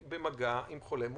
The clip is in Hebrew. במגע עם חולה מאומת.